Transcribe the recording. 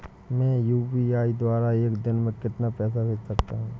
मैं यू.पी.आई द्वारा एक दिन में कितना पैसा भेज सकता हूँ?